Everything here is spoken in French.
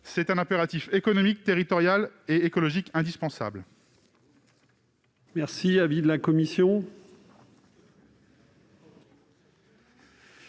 C'est un impératif économique, territorial et écologique. Quel